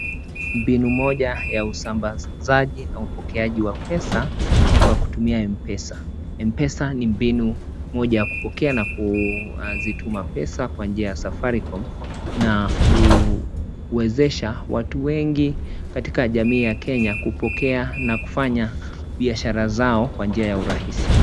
Mbinu moja ya usambazaji na upokeaji wa pesa ni kwa kutumia (cs)M-pesa(cs),(cs)M-pesa(cs) ni mbinu moja ya kupokea na kuzituma pesa kwa njia ya safaricom na huezesha watu wengi katika jamii ya Kenya kupokea na kufanya biashara zao kwa njia ya urahisi.